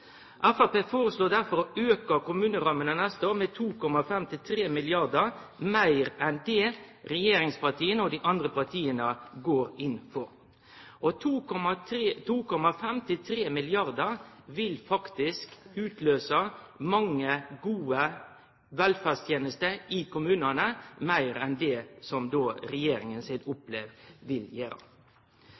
Framstegspartiet foreslår derfor å auke kommunerammene neste år med 2,5–3 mrd. kr meir enn det regjeringspartia og dei andre partia går inn for. 2,5–3 mrd. kr vil faktisk utløyse mange gode velferdstenester i kommunane – meir enn det som regjeringa sitt opplegg vil